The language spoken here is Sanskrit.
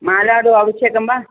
मालाडु आवश्यकं वा